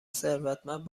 ثروتمند